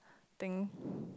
thing